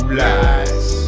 lies